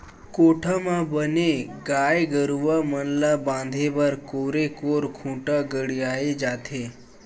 कोठा म बने गाय गरुवा मन ल बांधे बर कोरे कोर खूंटा गड़ियाये जाथे